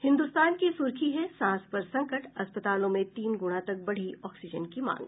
हिन्दुस्तान की सुर्खी है सांस पर संकट अस्पतालों में तीन गुना तक बढ़ी ऑक्सीजन की मांग